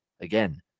again